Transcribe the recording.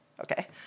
okay